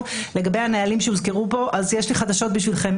לגבי נהלים שהוזכרו פה יש לי חדשות בשבילכם,